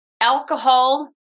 alcohol